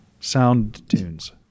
SoundTunes